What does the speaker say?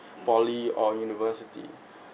poly or university